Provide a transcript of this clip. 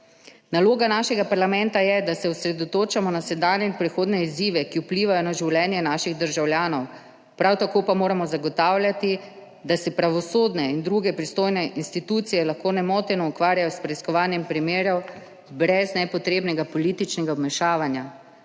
Naloga našega parlamenta je, da se osredotočamo na sedanje in prihodnje izzive, ki vplivajo na življenje naših državljanov, prav tako pa moramo zagotavljati, da se pravosodne in druge pristojne institucije lahko nemoteno ukvarjajo s preiskovanjem primerov brez nepotrebnega političnega vmešavanja.